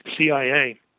CIA